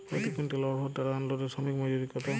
প্রতি কুইন্টল অড়হর ডাল আনলোডে শ্রমিক মজুরি কত?